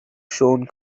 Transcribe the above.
siôn